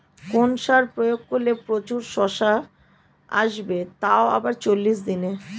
কোন সার প্রয়োগ করলে প্রচুর শশা আসবে তাও আবার চল্লিশ দিনে?